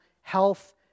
health